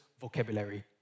vocabulary